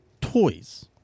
toys